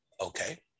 Okay